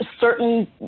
certain